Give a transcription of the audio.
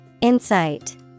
Insight